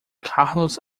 carlos